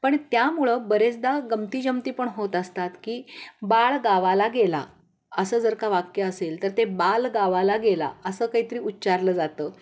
पण त्यामुळं बरेचदा गमतीजमती पण होत असतात की बाळ गावाला गेला असं जर का वाक्य असेल तर ते बाळ गावाला गेला असं काहीतरी उच्चारलं जातं